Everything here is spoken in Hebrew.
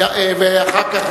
ואחר כך,